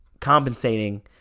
compensating